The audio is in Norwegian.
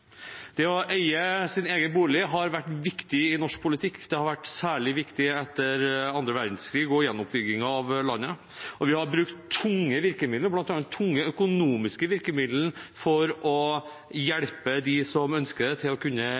Det å eie sin egen bolig har vært viktig i norsk politikk. Det har vært særlig viktig etter annen verdenskrig og i gjenoppbyggingen av landet. Vi har brukt tunge virkemidler, bl.a. tunge økonomiske virkemidler, for å hjelpe dem som ønsker det, til å kunne